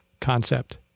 concept